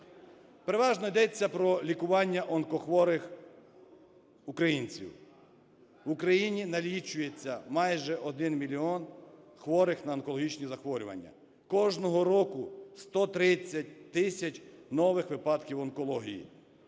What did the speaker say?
Переважно йдеться про лікування онкохворих українців. В Україні налічується майже 1 мільйон хворих на онкологічні захворювання. Кожного року 130 тисяч нових випадків онкології.